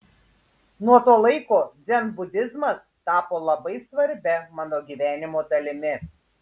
nuo to laiko dzenbudizmas tapo labai svarbia mano gyvenimo dalimi